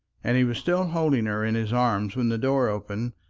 and he was still holding her in his arms, when the door opened,